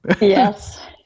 Yes